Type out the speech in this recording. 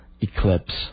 eclipse